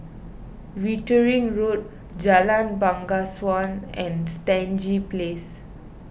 Wittering Road Jalan Bangsawan and Stangee Place